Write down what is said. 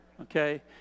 Okay